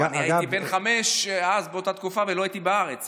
הייתי בן חמש באותה תקופה ולא הייתי בארץ,